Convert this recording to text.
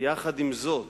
עם זאת,